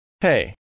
Hey